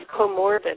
comorbid